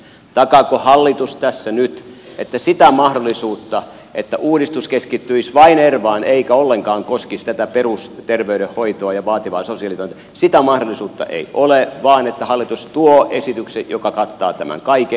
takaako hallitus tässä nyt että sitä mahdollisuutta että uudistus keskittyisi vain ervaan eikä ollenkaan koskisi tätä perusterveydenhoitoa ja vaativaa sosiaalitointa ei ole vaan hallitus tuo esityksen joka kattaa tämän kaiken